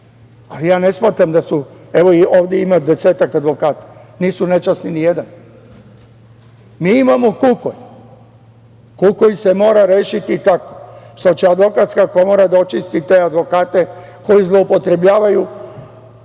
Ali, ne smatram da su, evo ovde ima desetak advokata, nije nečasan ni jedan. Mi imamo kukolj. Kukolj se mora rešiti tako što će Advokatska komora da očisti te advokate koji zloupotrebljavaju